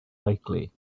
likely